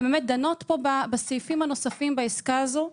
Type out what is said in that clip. ובאמת דנות פה בסעיפים הנוספים בעסקה הזו,